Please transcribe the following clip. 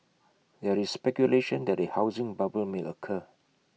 there is speculation that A housing bubble may occur